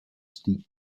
steep